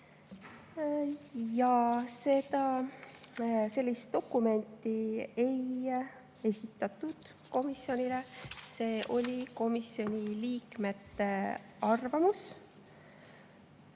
Jaa, sellist dokumenti ei esitatud komisjonile, see oli komisjoni liikmete arvamus.